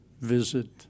visit